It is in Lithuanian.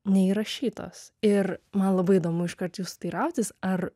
neįrašytos ir man labai įdomu iškart jus teirautis ar